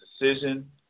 decision